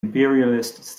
imperialist